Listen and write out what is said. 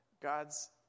God's